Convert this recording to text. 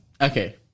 Okay